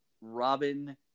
Robin